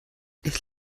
ich